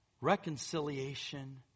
reconciliation